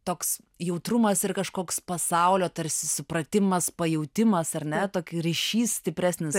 toks jautrumas ir kažkoks pasaulio tarsi supratimas pajautimas ar ne ryšys stipresnis